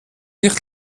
nicht